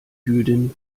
jüdin